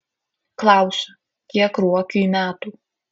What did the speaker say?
klausiu kiek ruokiui metų